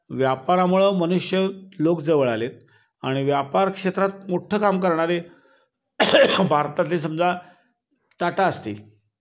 व्यापारामुळं मनुष्य लोक जवळ आले आहेत आणि व्यापार क्षेत्रात मोठ्ठं काम करणारे भारतातले समजा टाटा असतील